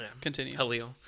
Continue